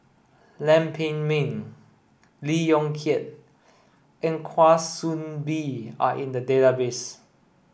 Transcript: Lam Pin Min Lee Yong Kiat and Kwa Soon Bee are in the database